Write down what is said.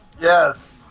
yes